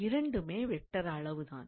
இரண்டுமே வெக்டார் அளவு தான்